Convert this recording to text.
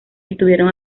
estuvieron